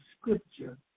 Scripture